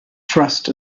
trust